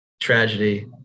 tragedy